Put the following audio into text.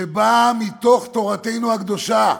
שבאה מתוך תורתנו הקדושה.